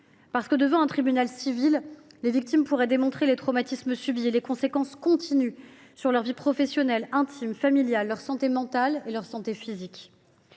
Parce que, devant un tribunal civil, les victimes pourraient démontrer les traumatismes subis et les conséquences continues de ces derniers sur leur vie professionnelle, intime, familiale, sur leur santé mentale et sur leur santé physique.